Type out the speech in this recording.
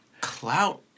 Clout